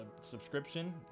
subscription